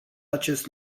acest